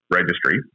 registry